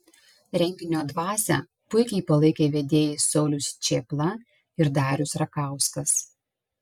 renginio dvasią puikiai palaikė vedėjai saulius čėpla ir darius rakauskas